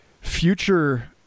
future